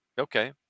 okay